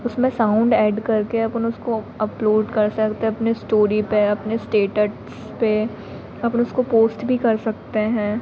उसमें sound add करके अपन उसको अपलोड कर सकते अपनी स्टोरी पर अपने स्टेटट्स पर अपन उसको पोस्ट भी कर सकते हैं